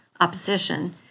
opposition